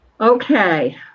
Okay